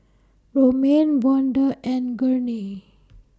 Romaine Vonda and Gurney